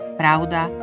pravda